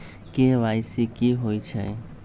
KYC कि होई छई?